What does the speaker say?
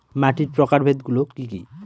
মাটির প্রকারভেদ গুলো কি কী?